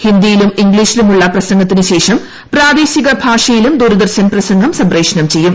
ഹിന്ദിയിലും ഇംഗ്ലീഷിലുമുള്ള പ്രസംഗത്തിനു ശേഷം പ്രാദേശിക ഭാഷയിലും ദൂരദർശൻ പ്രസംഗം സംപ്രേഷണം ചെയ്യും